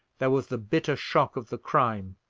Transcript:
there was the bitter shock of the crime,